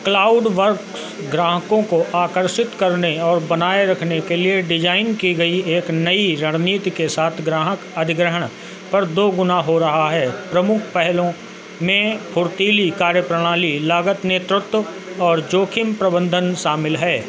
CloudWorks ग्राहकों को आकर्षित करने और बनाए रखने के लिए डिज़ाइन की गई एक नई रणनीति के साथ ग्राहक अधिग्रहण पर दो गुना हो रहा है प्रमुख पहलों में फुर्तीली कार्यप्रणाली लागत नेतृत्व और जोखिम प्रबंधन शामिल हैं